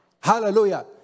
hallelujah